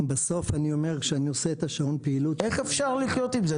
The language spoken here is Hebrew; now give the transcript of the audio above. בסוף אני עושה את שעון הפעילות --- איך אפשר לחיות עם זה,